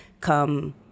come